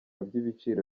by’ibiciro